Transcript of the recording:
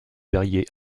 verrier